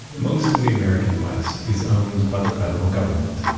most of the american west is owned by the federal government.